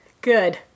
Good